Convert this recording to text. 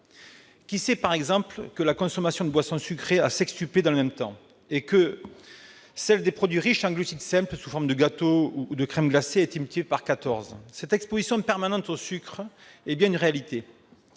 Qui sait, par exemple, que la consommation de boissons sucrées a sextuplé dans le même temps et que celle des produits riches en glucides simples, tels que gâteaux ou crèmes glacées, a été multipliée par quatorze ? Cette exposition permanente au sucre est bien une réalité.